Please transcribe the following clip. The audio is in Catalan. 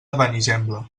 benigembla